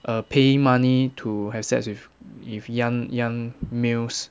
err paying money to have sex with with young young males